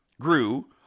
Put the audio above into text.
grew